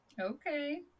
Okay